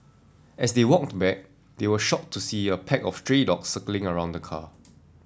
as they walked back they were shocked to see a pack of stray dogs circling around the car